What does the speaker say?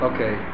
Okay